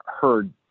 heard